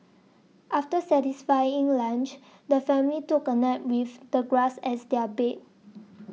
after satisfying lunch the family took a nap with the grass as their bed